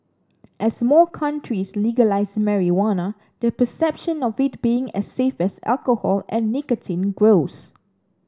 as more countries legalise marijuana the perception of it being as safe as alcohol and nicotine grows